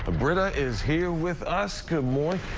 ah britta is here with us. good morning.